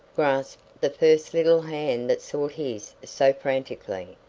grasped the first little hand that sought his so frantically,